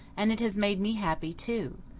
and it has made me happy, too.